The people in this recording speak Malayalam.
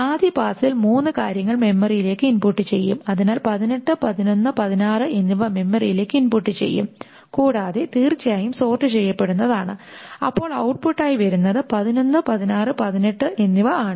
ആദ്യ പാസിൽ മൂന്നു കാര്യങ്ങൾ മെമ്മറിയിലേക്ക് ഇൻപുട്ട് ചെയ്യും അതിനാൽ 18 11 16 എന്നിവ മെമ്മറിയിലേക്ക് ഇൻപുട്ട് ചെയ്യും കൂടാതെ തീർച്ചയായും സോർട് ചെയ്യപ്പെടുന്നതാണ് അപ്പോൾ ഔട്ട്പുട്ട് ആയി വരുന്നത് 11 16 18 എന്നിവ ആണ്